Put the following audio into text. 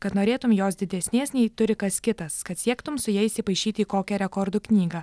kad norėtum jos didesnės nei turi kas kitas kad siektum su ja įsipaišyti į kokią rekordų knygą